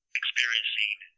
experiencing